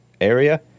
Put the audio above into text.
area